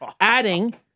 adding